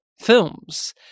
films